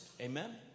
amen